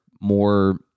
more